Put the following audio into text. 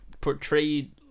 portrayed